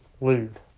leave